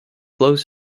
flows